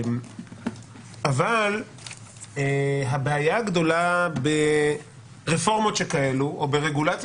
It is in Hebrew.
אבל הבעיה הגדולה ברפורמות שכאלה או ברגולציה